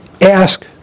ask